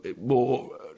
more